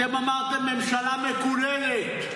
אתם אמרתם "ממשלה מקוללת".